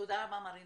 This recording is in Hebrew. תודה רבה לך.